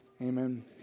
Amen